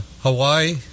Hawaii